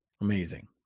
amazing